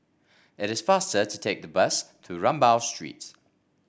it is faster to take the bus to Rambau Street